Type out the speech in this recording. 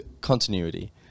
continuity